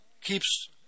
keeps